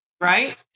Right